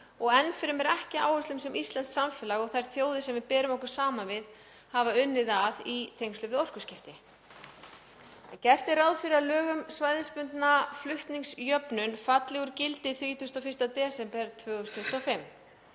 og heldur ekki áherslum sem íslenskt samfélag og þær þjóðir sem við berum okkur saman við hafa unnið að í tengslum við orkuskipti. Gert er ráð fyrir að lög um svæðisbundna flutningsjöfnun falli úr gildi 31. desember 2025.